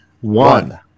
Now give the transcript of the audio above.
one